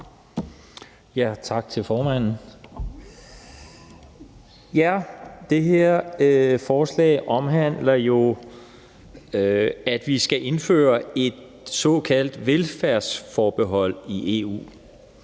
(V): Tak til formanden. Det her forslag omhandler jo, at vi skal indføre et såkaldt velfærdsforbehold i EU.